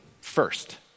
first